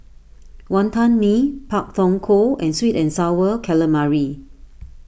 Wantan Mee Pak Thong Ko and Sweet and Sour Calamari